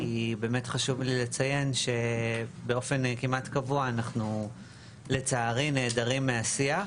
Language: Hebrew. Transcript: כי באמת חשוב לי לציין שבאופן כמעט קבוע אנחנו לצערי נעדרים מהשיח,